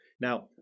Now